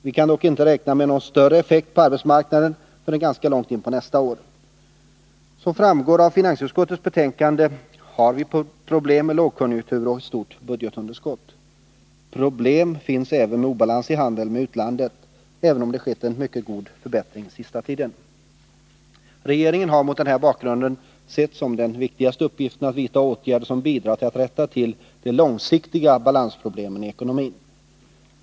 Vi kan dock inte räkna med någon större effekt på arbetsmarknaden förrän ganska långt in på nästa år. Som framgår av finansutskottets betänkande har vi problem med lågkonjunkturen och ett stort budgetunderskott. Problem finns också med obalans i handeln med utlandet — även om det skett en mycket god förbättring den senaste tiden. Regeringen har mot den här bakgrunden sett det som den viktigaste uppgiften att vidta åtgärder som bidrar till att rätta till de långsiktiga balansproblemen i ekonomin.